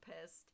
pissed